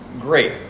great